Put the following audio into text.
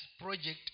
project